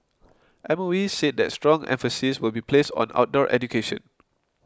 M O E said that strong emphasis will be placed on outdoor education